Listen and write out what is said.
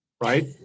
right